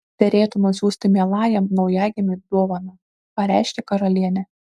derėtų nusiųsti mielajam naujagimiui dovaną pareiškė karalienė